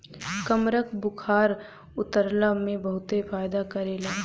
कमरख बुखार उतरला में बहुते फायदा करेला